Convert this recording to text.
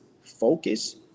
focus